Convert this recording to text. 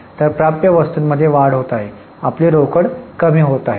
तर प्राप्य वस्तूंमध्ये वाढ होत आहे आपली रोकड कमी होत आहे